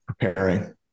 preparing